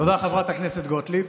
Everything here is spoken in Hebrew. תודה, חברת הכנסת גוטליב.